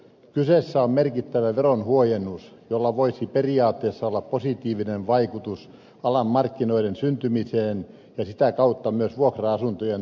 kyseessä on merkittävä veronhuojennus jolla voisi periaatteessa olla positiivinen vaikutus alan markkinoiden syntymiseen ja sitä kautta myös vuokra asuntojen tarjontaan